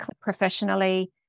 professionally